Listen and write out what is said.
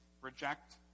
reject